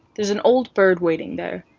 there's an old bird waiting there,